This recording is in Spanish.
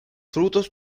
frutos